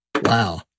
Wow